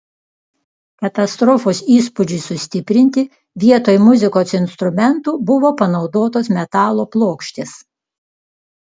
katastrofos įspūdžiui sustiprinti vietoj muzikos instrumentų buvo panaudotos metalo plokštės